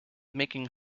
making